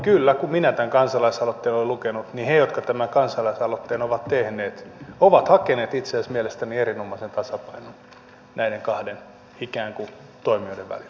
kyllä kun minä tämän kansalaisaloitteen olen lukenut niin mielestäni he jotka tämän kansalaisaloitteen ovat tehneet ovat hakeneet itse asiassa erinomaisen tasapainon näiden ikään kuin kahden toimijan välillä